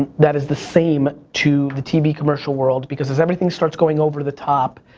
that is the same to the tv commercial world, because as everything starts going over the top,